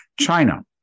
China